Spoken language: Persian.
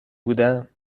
بودم